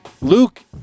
Luke